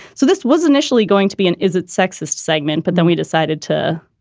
so this was initially going to be an is it sexist segment but then we decided to,